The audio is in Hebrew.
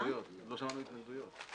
שמענו התנגדויות.